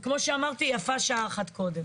וכמו שאמרתי יפה שעה אחת קודם.